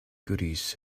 goodies